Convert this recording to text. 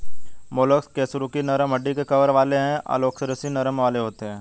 mollusc कशेरुकी नरम हड्डी के कवर वाले और अकशेरुकी नरम शरीर वाले होते हैं